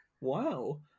Wow